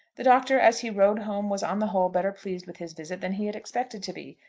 the doctor, as he rode home, was, on the whole, better pleased with his visit than he had expected to be.